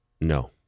No